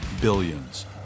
Billions